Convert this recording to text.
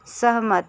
सहमत